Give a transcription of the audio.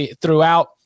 throughout